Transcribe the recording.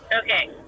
Okay